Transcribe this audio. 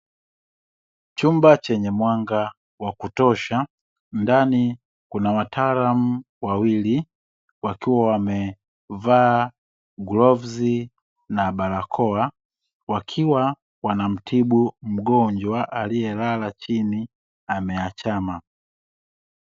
Chumba chenye mwanga wa kutosha. Ndani kuna wataalamu wawili wakiwa wamevaa glovzi na barakoa, wakiwa wanamtibu mgonjwa alielala chini ameachama.